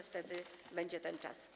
Wtedy będzie ten czas.